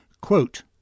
Quote